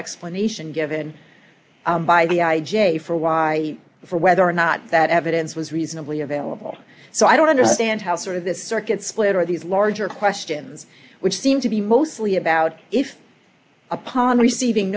explanation given by the i j a for why for whether or not that evidence was reasonably available so i don't understand how sort of this circuit split or these larger questions which seem to be mostly about if upon receiving